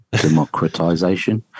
democratization